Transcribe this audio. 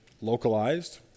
localized